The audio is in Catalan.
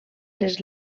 les